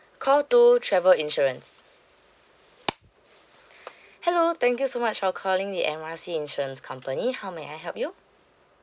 call two travel insurance hello thank you so much for calling the M R C insurance company how may I help you